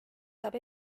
saab